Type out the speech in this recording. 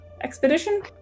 expedition